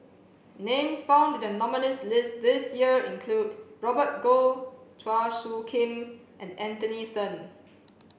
names found in the Nominees' list this year include Robert Goh Chua Soo Khim and Anthony Then